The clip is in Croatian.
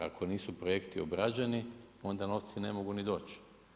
Ako nisu projekti obrađeni, onda novci ne mogu ni doć.